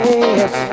yes